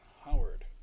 Howard